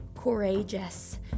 courageous